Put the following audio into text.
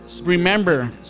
Remember